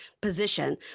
position